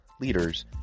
leaders